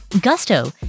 Gusto